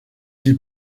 qui